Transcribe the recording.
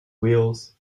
wheels